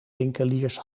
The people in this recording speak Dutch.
winkeliers